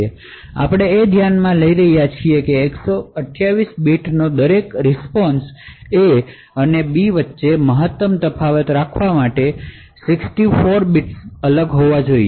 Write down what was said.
જો આપણે ધ્યાનમાં લઈ રહ્યા છીએ કે 128 નો દરેક રીસ્પોન્શ A અને B વચ્ચે મહત્તમ તફાવત રાખવા માટે બિટ્સ 64 બિટ્સમાં અલગ હોવા જોઈએ